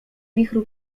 wichru